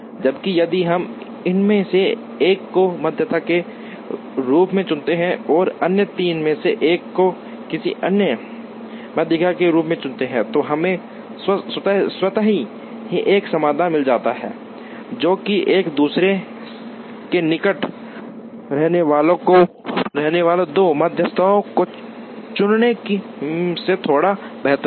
जबकि यदि हम इनमें से एक को मध्यमा के रूप में चुनते हैं और अन्य तीन में से एक को किसी अन्य माध्यिका के रूप में चुनते हैं तो हमें स्वतः ही एक समाधान मिल जाता है जो कि एक दूसरे के निकट रहने वाले दो मध्यस्थों को चुनने से थोड़ा बेहतर है